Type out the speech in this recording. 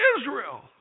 Israel